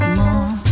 more